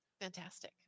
Fantastic